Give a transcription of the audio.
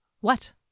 What